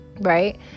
Right